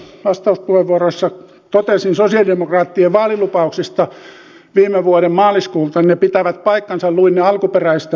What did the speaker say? mitä tuossa vastauspuheenvuoroissa totesin sosialidemokraattien vaalilupauksista viime vuoden maaliskuulta ne pitävät paikkansa luin ne alkuperäisistä teksteistä